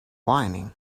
whining